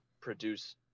produce